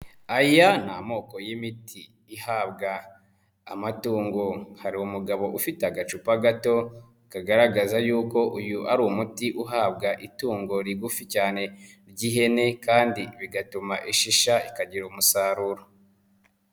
Aya ni amoko y'imiti ihabwa amatungo hari umugabo ufite agacupa gato kagaragaza yuko uyu ari umuti uhabwa itungo rigufi cyane ry'ihene kandi bigatuma ishisha ikagira umusaruro.